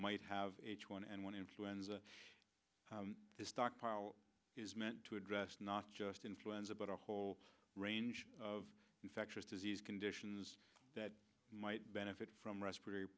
might have h one n one influenza the stockpile is meant to address not just influenza but a whole range of infectious disease conditions that might benefit from respiratory